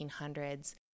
1800s